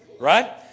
Right